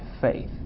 faith